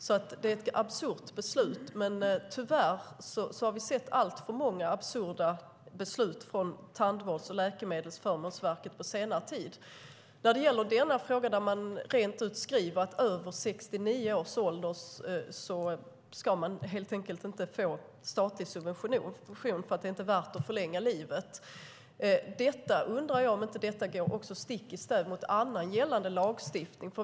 Det är alltså ett absurt beslut, men tyvärr har vi sett alltför många absurda beslut från Tandvårds och läkemedelsförmånsverket på senare tid. När det gäller denna fråga skriver man rent ut att är man över 69 år ska man helt enkelt inte få statlig subvention, för det är inte värt att förlänga livet. Jag undrar om inte det också går stick i stäv mot en annan gällande lagstiftning.